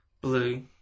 blue